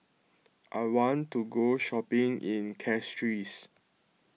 I want to go shopping in Castries